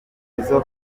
nizzo